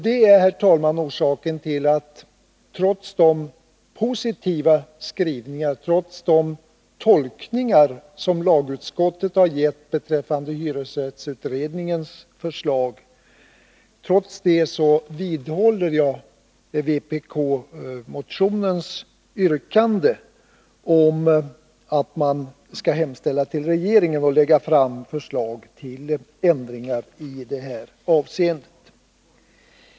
Det är orsaken till att jag — trots de positiva skrivningar och trots de tolkningar som lagutskottet har gjort av hyresrättsutredningens förslag — vidhåller vpkmotionens yrkande om att riksdagen skall hemställa hos regeringen att den skall lägga fram förslag till ändringar i det här avseendet.